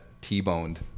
T-boned